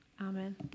Amen